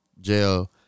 jail